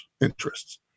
interests